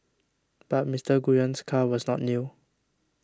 but Mister Nguyen's car was not new